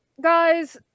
guys